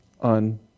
on